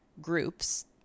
groups